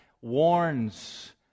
warns